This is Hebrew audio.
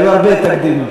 היו הרבה תקדימים.